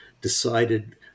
decided